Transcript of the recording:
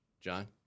John